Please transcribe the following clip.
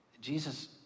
Jesus